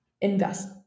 invest